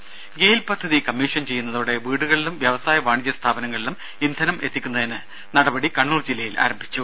ദേദ ഗെയിൽ പദ്ധതി കമ്മീഷൻ ചെയ്യുന്നതോടെ വീടുകളിലും വ്യാവസായ വാണിജ്യ സ്ഥാപനങ്ങളിലും ഇന്ധനം എത്തിക്കുന്നതിന് നടപടി കണ്ണൂർ ജില്ലയിൽ ആരംഭിച്ചു